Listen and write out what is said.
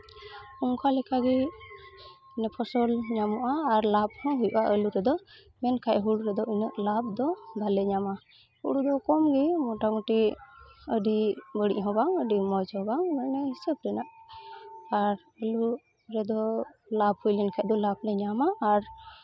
ᱚᱱᱠᱟ ᱞᱮᱠᱟᱜᱮ ᱤᱱᱟᱹ ᱯᱷᱚᱥᱚᱞ ᱧᱟᱢᱚᱜᱼᱟ ᱟᱨ ᱞᱟᱵᱷ ᱦᱚᱸ ᱦᱩᱭᱩᱜᱼᱟ ᱟᱹᱞᱩ ᱨᱮᱫᱚ ᱢᱮᱱᱠᱷᱟᱡ ᱦᱩᱲᱩ ᱨᱮᱫᱚ ᱩᱱᱟᱹᱜ ᱞᱟᱵᱷ ᱫᱚ ᱵᱟᱞᱮ ᱧᱟᱢᱟ ᱦᱩᱲᱩ ᱫᱚ ᱠᱚᱢᱜᱮ ᱢᱳᱴᱟᱢᱩᱴᱤ ᱟᱹᱰᱤ ᱵᱟᱹᱲᱤᱡ ᱦᱚᱸ ᱵᱟᱝ ᱟᱹᱰᱤ ᱢᱚᱡᱽ ᱦᱚᱸ ᱵᱟᱝ ᱢᱟᱱᱮ ᱦᱤᱥᱟᱹᱵ ᱨᱮᱱᱟᱜ ᱟᱨ ᱟᱹᱞᱩ ᱨᱮᱫᱚ ᱞᱟᱵᱷ ᱦᱩᱭ ᱞᱮᱱᱠᱷᱟᱡ ᱫᱚ ᱞᱟᱵᱷ ᱞᱮ ᱧᱟᱢᱟ ᱟᱨ